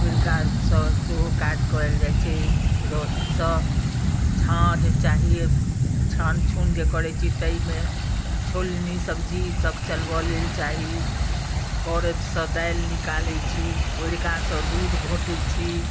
ओरिकासँ सेहो काज कयल जाइत छै रहीसँ झाँझ चाही छान छुन जे करैत छी ताहिमे छोलनी सब्जी सब चलबै लेल चाही करछसँ दालि निकालैत छी ओरिकासँ दूध घोटैत छी